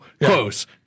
close